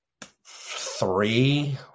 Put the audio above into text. three